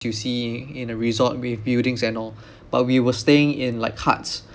you see in a resort with buildings and all but we were staying in like huts